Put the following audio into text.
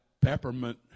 peppermint